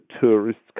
tourists